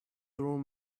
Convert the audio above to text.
through